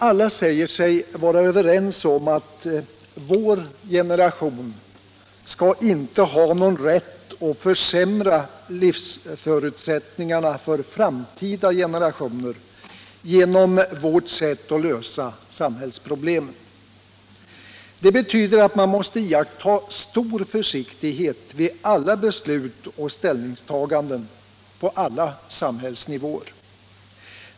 Alla säger sig vara överens om att vår generation inte skall ha någon rätt att försämra livsförutsättningarna för framtida generationer genom vårt sätt att lösa samhällsproblemen. Det betyder att man måste iaktta stor försiktighet vid alla beslut och ställningstaganden på alla samhällsnivåer.